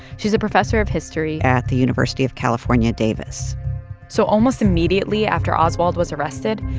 she's a professor of history. at the university of california, davis so almost immediately after oswald was arrested,